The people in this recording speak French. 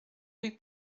rue